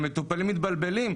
המטופלים מתבלבלים,